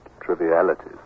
trivialities